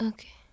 Okay